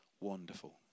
Wonderful